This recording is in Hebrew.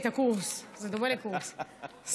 זה דומה לקורס,